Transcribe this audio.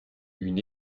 une